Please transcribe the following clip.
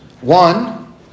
One